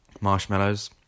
marshmallows